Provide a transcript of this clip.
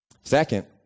Second